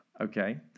okay